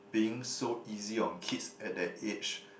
being so easy on kids at that age